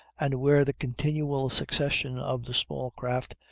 and where the continual succession of the small craft,